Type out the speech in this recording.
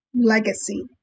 legacy